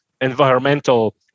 environmental